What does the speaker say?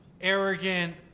arrogant